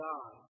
God